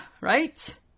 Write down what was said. right